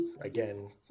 again